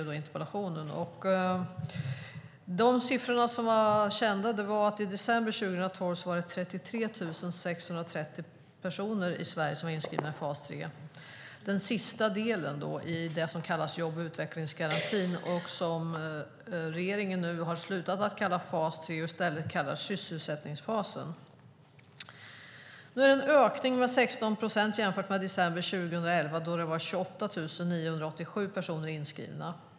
De siffror som var kända då var att det i december 2012 var 33 630 personer i Sverige som var inskrivna i fas 3, den sista delen av den så kallade jobb och utvecklingsgarantin, som regeringen nu har slutat kalla fas 3 och i stället kallar sysselsättningsfasen. Det är en ökning med 16 procent jämfört med december 2011 då det var 28 987 personer inskrivna.